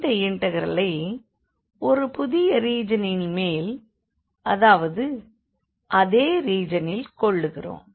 இந்த இண்டெக்ரலை ஒரு புதிய ரீஜனின் மேல் அதாவது அதே ரீஜனில் கொள்கிறோம்